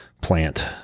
plant